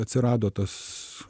atsirado tas